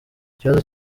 ikibazo